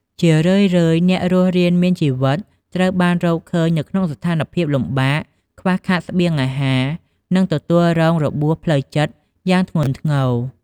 ជារឿយៗ អ្នករស់រានមានជីវិតត្រូវបានរកឃើញនៅក្នុងស្ថានភាពលំបាក ខ្វះខាតស្បៀងអាហារ និងទទួលរងរបួសផ្លូវចិត្តយ៉ាងធ្ងន់ធ្ងរ។